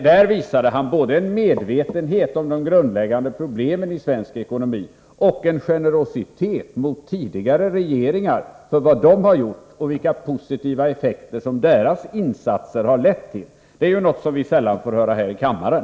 Han visade både en medvetenhet om de grundläggande problemen i svensk ekonomi och en generositet mot tidigare regeringar för vad de har gjort och vilka positiva effekter som deras insatser har lett till. Det är något som vi sällan får uppleva här i kammaren.